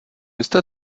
jste